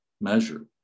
measure